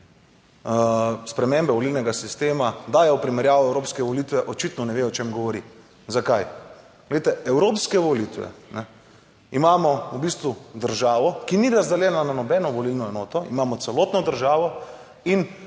spremembe volilnega sistema dajo v primerjavo evropske volitve, očitno ne ve, o čem govori. Zakaj? Glejte, evropske volitve Imamo v bistvu državo, ki ni razdeljena na nobeno volilno enoto, imamo celotno državo in